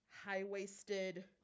high-waisted